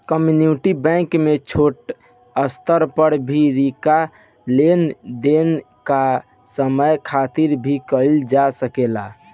community bank में छोट स्तर पर भी रिंका लेन देन कम समय खातिर भी कईल जा सकेला